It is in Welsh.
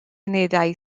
unedau